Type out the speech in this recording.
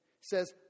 says